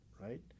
right